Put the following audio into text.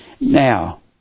Now